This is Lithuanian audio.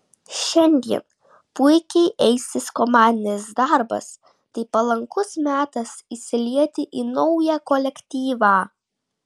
šiandien puikiai eisis komandinis darbas tai palankus metas įsilieti į naują kolektyvą